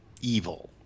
evil